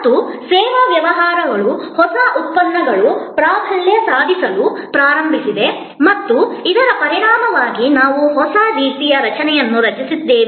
ಮತ್ತು ಸೇವಾ ವ್ಯವಹಾರವು ಸೇವಾ ಉತ್ಪನ್ನಗಳು ಪ್ರಾಬಲ್ಯ ಸಾಧಿಸಲು ಪ್ರಾರಂಭಿಸಿದೆ ಮತ್ತು ಇದರ ಪರಿಣಾಮವಾಗಿ ನಾವು ಹೊಸ ರೀತಿಯ ರಚನೆಯನ್ನು ರಚಿಸಿದ್ದೇವೆ